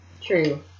True